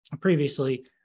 previously